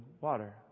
water